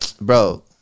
bro